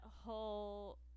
whole